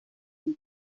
mano